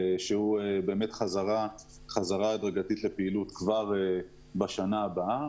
שהוא חזרה הדרגתית לפעילות כבר בשנה הבאה,